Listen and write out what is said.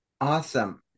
Awesome